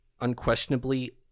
unquestionably